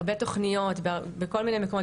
הרבה תוכניות בכל מיני מקומות.